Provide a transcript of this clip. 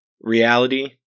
reality